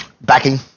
backing